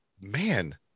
man